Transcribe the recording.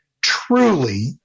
truly